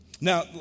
Now